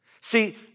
See